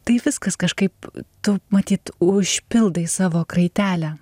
tai viskas kažkaip tu matyt užpildai savo kraitelę